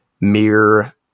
mere